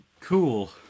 cool